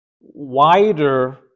wider